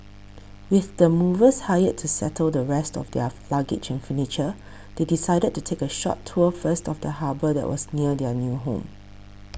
with the movers hired to settle the rest of their luggage and furniture they decided to take a short tour first of the harbour that was near their new home